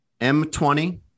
M20